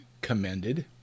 commended